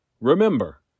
Remember